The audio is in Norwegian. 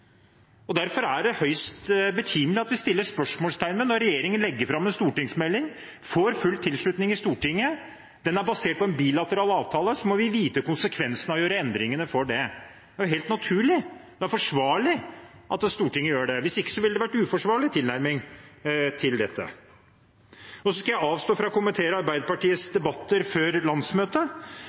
nasjon. Derfor er det høyst betimelig at vi stiller spørsmål. Når regjeringen legger fram en stortingsmelding som får full tilslutning i Stortinget, og den er basert på en bilateral avtale, må vi vite konsekvensene av å gjøre endringene. Det er jo helt naturlig. Det er forsvarlig at Stortinget gjør det. Hvis ikke ville det vært en uforsvarlig tilnærming til dette. Jeg skal avstå fra komiteers og Arbeiderpartiets debatter før landsmøtet.